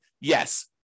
yes